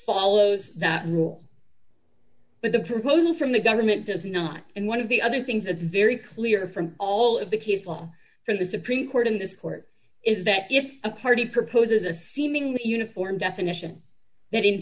follows that rule but the proposal from the government does not and one of the other things that's very clear from all of the case all from the supreme court in this court is that if a party proposes a seemingly uniform definition that in